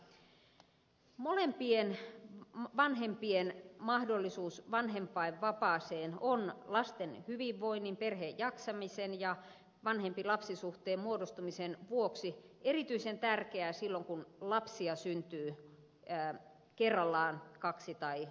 molempien vanhempien mahdollisuus vanhempainvapaaseen on lasten hyvinvoinnin perheen jaksamisen ja vanhempilapsi suhteen muodostumisen vuoksi erityisen tärkeää silloin kun lapsia syntyy kerrallaan kaksi tai useampia